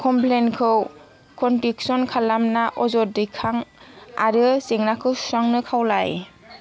कमप्लेनखौ condition खालामना अजद दैखां आरो जेंनाखौ सुस्रांनो खावलाय